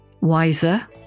wiser